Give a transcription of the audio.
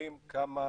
כשמסתכלים כמה